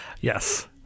Yes